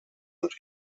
und